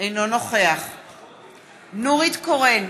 אינו נוכח נורית קורן,